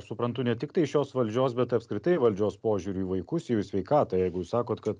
suprantu ne tiktai šios valdžios bet apskritai valdžios požiūrį į vaikus į jų sveikatą jeigu jūs sakot kad